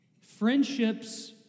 Friendships